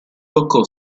toccò